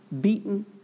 beaten